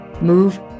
move